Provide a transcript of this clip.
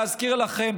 להזכיר לכם,